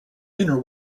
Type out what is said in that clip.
inner